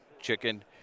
chicken